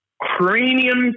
cranium